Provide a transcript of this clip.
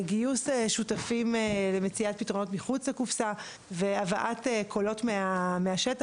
גיוס שותפים למציאת פתרונות מחוץ לקופסה והבאת קולות מהשטח.